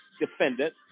defendant